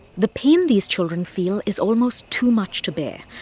the pain these children feel is almost too much to bear.